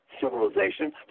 civilization